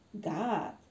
God